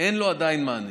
אין לו עדיין מענה.